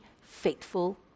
faithful